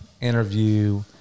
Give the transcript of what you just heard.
interview